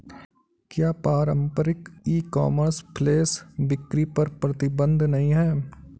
क्या पारंपरिक e commerce flash बिक्री पर प्रतिबंध नहीं है?